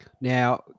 Now